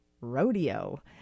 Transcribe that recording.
Rodeo